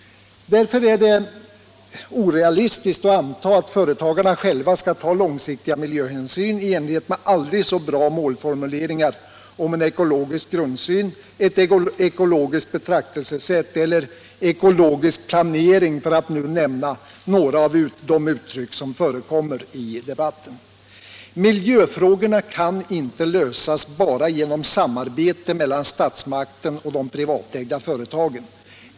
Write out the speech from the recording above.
Därför är det orealistiskt att anta att företagarna själva skall ta långsiktiga miljöhänsyn i enlighet med aldrig så bra målformuleringar om en ekologisk grundsyn, ett ekologiskt betraktelsesätt eller ekologisk planering för att nämna några av de uttryck som förekommer i debatten. Miljöfrågorna kan inte lösas bara genom samarbete mellan statsmakten och de privatägda företagen.